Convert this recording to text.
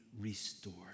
restored